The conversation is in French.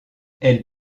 elle